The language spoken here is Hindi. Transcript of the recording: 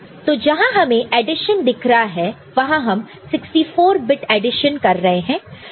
तो जहां हमें एडिशन दिख रहा है वहां हम 64 बिट एडिशन कर रहे हैं